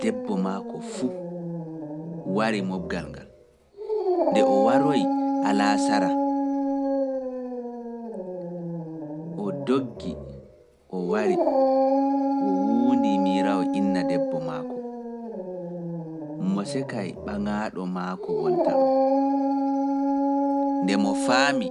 debbo maako fuu, warii mooɓgal ngal, nde o waroy alaasara, o doggi, o wari, o wuundii minnyiraawo inna debbo maako. Mo sekay ɓangaaɗo maako wonta ɗon, nde mo faami.